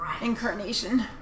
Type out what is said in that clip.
incarnation